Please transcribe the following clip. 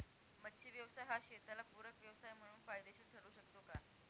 मच्छी व्यवसाय हा शेताला पूरक व्यवसाय म्हणून फायदेशीर ठरु शकतो का?